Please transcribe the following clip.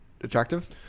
attractive